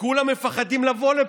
שכולם מפחדים לבוא אליה?